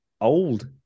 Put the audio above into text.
old